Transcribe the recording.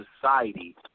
society